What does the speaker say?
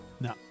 No